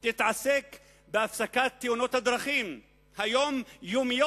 תתעסק בהפסקת תאונות הדרכים היומיומיות,